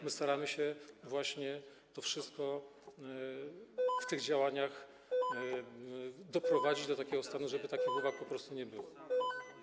My staramy się właśnie to wszystko w tych działaniach doprowadzić do takiego stanu, żeby takich uwag po prostu nie było.